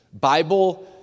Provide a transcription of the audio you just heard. Bible